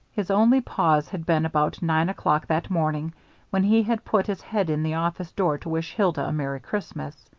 his only pause had been about nine o'clock that morning when he had put his head in the office door to wish hilda a merry christmas.